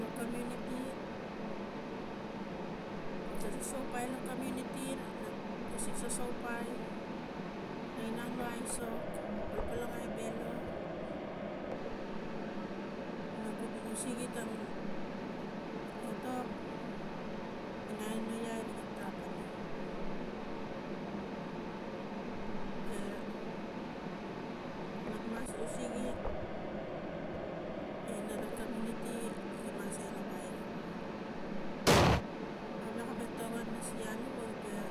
Lo community ta sosopai lo community na usik soso upai, na i inang lo aisok palpal langai belo na usege tang etok ina aino ia iga tap ane a nak mas usege ina la community imas elebai aro, gawek ape tawan na siak alu wope a